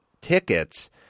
tickets